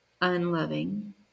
unloving